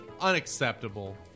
Unacceptable